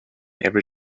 every